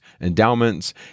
endowments